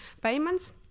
payments